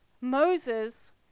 Moses